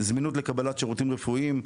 זמינות לקבלת שירותים רפואיים,